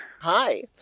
Hi